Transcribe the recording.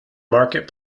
market